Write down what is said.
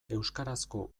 euskarazko